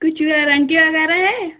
कुछ गारंटी वग़ैरह है